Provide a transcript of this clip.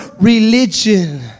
religion